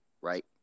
right